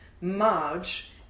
Marge